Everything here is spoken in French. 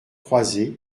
croisées